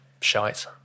shite